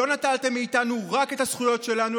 לא נטלתם מאיתנו רק את הזכויות שלנו,